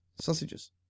Sausages